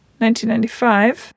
1995